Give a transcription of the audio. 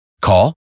Call